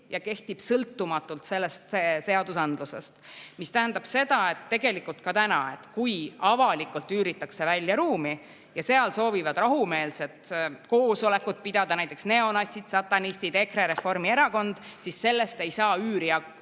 ja kehtib sõltumatult seadusandlusest, mis tähendab seda, et tegelikult ka täna, kui avalikult üüritakse välja ruumi ja seal soovivad rahumeelset koosolekut pidada näiteks neonatsid, satanistid, EKRE, Reformierakond, siis sellest ei saa